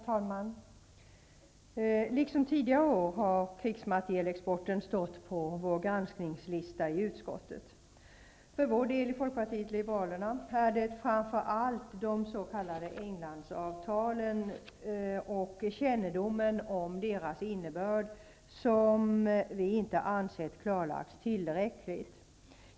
Herr talman! Liksom tidigare år har krigsmaterielexporten i år stått på vår granskningslista. För Folkpartiet liberalernas del är det framför allt de s.k. Englandsavtalen och kännedomen om deras innebörd som enligt vår mening inte klarlagts tillräckligt.